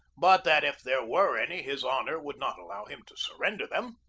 but that if there were any his honor would not allow him to surrender them.